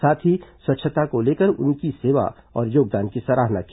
साथ ही स्वच्छता को लेकर उनकी सेवा और योगदान की सराहना की